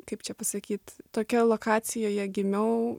kaip čia pasakyt tokia lokacijoje gimiau